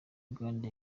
uganda